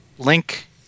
link